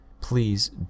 Please